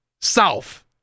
south